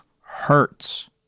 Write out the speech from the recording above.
hurts